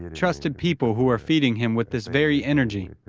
trusted people who are feeding him with this very energy.